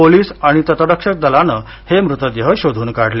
police आणि तटरक्षक दलान हे मृतदेह शोधून काढले